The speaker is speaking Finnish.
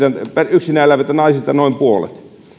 yksin eläviltä naisilta noin puolet